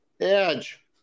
Edge